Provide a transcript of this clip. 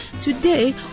Today